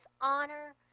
honor